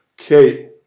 Okay